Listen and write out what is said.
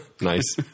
Nice